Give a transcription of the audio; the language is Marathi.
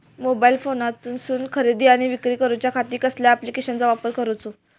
मोबाईलातसून खरेदी आणि विक्री करूच्या खाती कसल्या ॲप्लिकेशनाचो वापर करूचो?